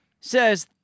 Says